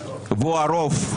והוא הרוב,